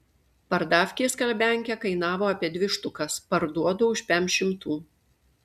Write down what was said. pardavkėj skalbiankė kainavo apie dvi štukas parduodu už pem šimtų